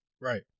Right